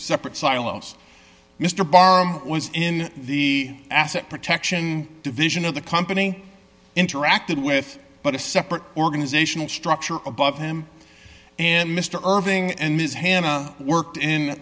separate silos mr barlow was in the asset protection division of the company interacted with but a separate organizational structure above him and mr irving and his hand worked in